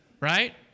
Right